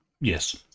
Yes